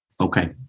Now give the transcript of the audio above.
Okay